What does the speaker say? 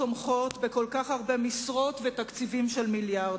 תומכות וכל כך הרבה משרות ותקציבים של מיליארדים.